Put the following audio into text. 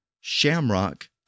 shamrock